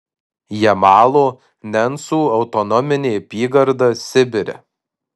jamalo nencų autonominė apygarda sibire